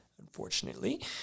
unfortunately